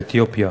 באתיופיה.